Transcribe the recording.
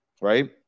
right